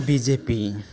B J P